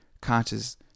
conscious